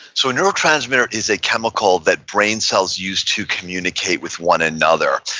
so a neurotransmitter is a chemical that brain cells use to communicate with one another.